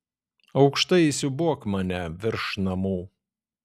aukštai įsiūbuok mane virš namų